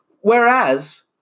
Whereas